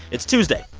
it's tuesday,